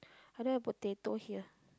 I don't have potato here